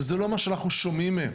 וזה לא מה שאנחנו שומעים מהם.